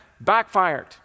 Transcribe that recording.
backfired